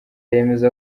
yemeza